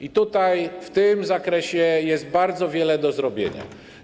I tutaj w tym zakresie jest bardzo wiele do zrobienia.